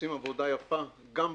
עושים עבודה יפה גם במשקים,